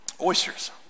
Oysters